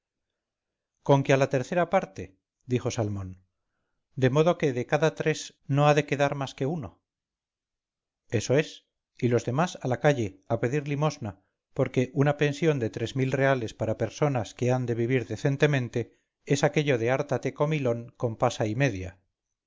conque a la tercera parte dijo salmón de modo que de cada tres no ha de quedar más que uno eso es y los demás a la calle a pedir limosna porque una pensión de tres mil reales para personas que han de vivir decentemente es aquello de hártate comilón con pasa y media